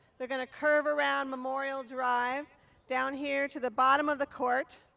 they're going to curve around memorial drive down here to the bottom of the court.